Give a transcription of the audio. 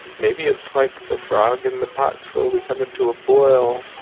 maybe it's like the frog in the pot slowly coming to a boil.